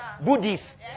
Buddhists